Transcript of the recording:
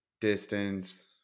distance